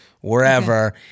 wherever